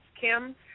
Kim